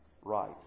right